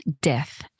death